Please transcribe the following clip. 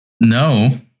No